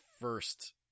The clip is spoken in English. first